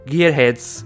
Gearheads